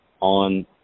on